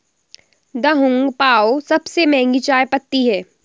Da Hong Pao सबसे महंगी चाय पत्ती है